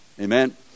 Amen